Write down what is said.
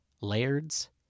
Laird's